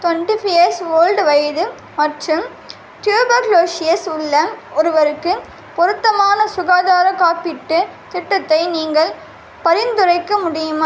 twenty five years old வயது மற்றும் tuberculosis உள்ள ஒருவருக்கு பொருத்தமான சுகாதார காப்பீட்டுத் திட்டத்தை நீங்கள் பரிந்துரைக்க முடியுமா